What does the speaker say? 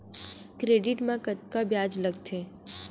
Credit मा कतका ब्याज लगथे?